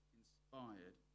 inspired